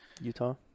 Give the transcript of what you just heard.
Utah